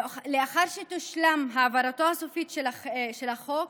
לאחר שתושלם העברתו הסופית של החוק